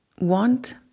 want